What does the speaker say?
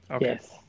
yes